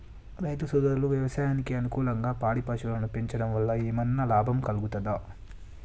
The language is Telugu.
రైతు సోదరులు వ్యవసాయానికి అనుకూలంగా పాడి పశువులను పెంచడం వల్ల ఏమన్నా లాభం కలుగుతదా?